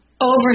over